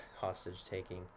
hostage-taking